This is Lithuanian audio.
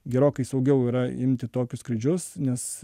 gerokai saugiau yra imti tokius skrydžius nes